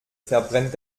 verbrennt